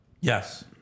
Yes